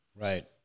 Right